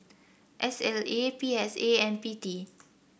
S L A P S A and P T